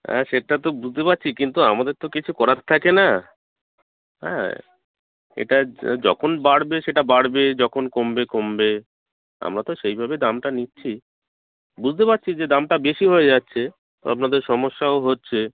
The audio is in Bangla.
হ্যাঁ সেটা তো বুঝতে পারছি কিন্তু আমাদের তো কিছু করার থাকে না হ্যাঁ এটা যখন বাড়বে সেটা বাড়বে যখন কমবে কমবে আমরা তো সেইভাবে দামটা নিচ্ছি বুঝতে পারছি যে দামটা বেশি হয়ে যাচ্ছে আপনাদের সমস্যাও হচ্ছে